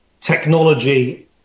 technology